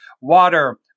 water